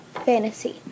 fantasy